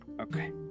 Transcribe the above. okay